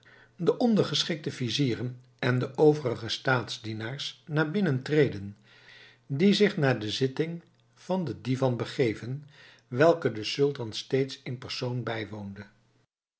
de ondergeschikte vizieren en de overige staatsdienaars naar binnen treden die zich naar de zitting van den divan begeven welke de sultan steeds in persoon bijwoonde